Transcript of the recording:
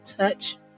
touch